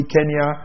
Kenya